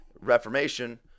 Reformation